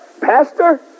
Pastor